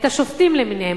את השובתים למיניהם.